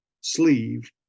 sleeve